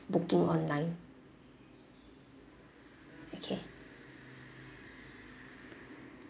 booking online okay